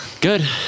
good